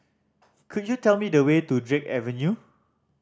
could you tell me the way to Drake Avenue